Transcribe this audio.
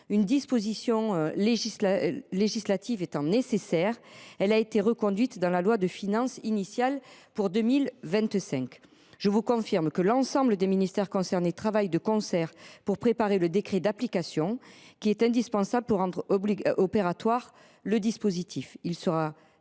Une disposition législative étant nécessaire, elle a été inscrite dans la loi de finances initiale pour 2025. Je vous confirme que l’ensemble des ministères concernés travaillent de concert pour préparer le décret d’application afférent, indispensable pour rendre opératoire le dispositif.